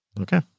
Okay